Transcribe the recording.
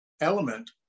element